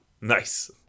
Nice